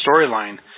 storyline